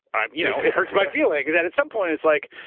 um you know it hurts my feelings and at some point it's like,